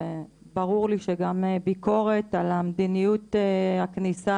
וברור לי שגם ביקורת על מדיניות הכניסה